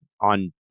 on